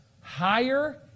higher